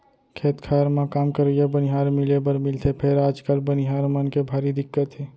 खेत खार म काम करइया बनिहार मिले बर मिलथे फेर आजकाल बनिहार मन के भारी दिक्कत हे